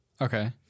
Okay